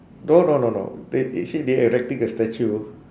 no no no no th~ they say they erecting a statue